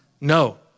No